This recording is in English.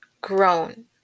Grown